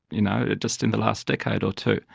you know, just in the last decade or two.